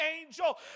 angel